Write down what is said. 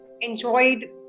enjoyed